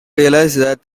realized